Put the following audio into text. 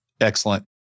Excellent